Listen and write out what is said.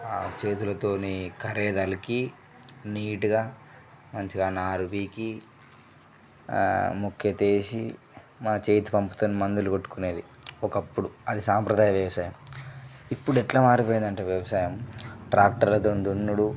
చేతులతోని కరేదలకి నీట్గా మంచిగా నారు పీకి మొక్క తీసి మా చేతి పంపుతోని మందులు కొట్టుకునేది ఒకప్పుడు అది సాంప్రదాయ వ్యవసాయం ఇప్పుడు ఎట్లా మారిపోయింది అంటే వ్యవసాయం ట్రాక్టర్లతోని దున్నుడు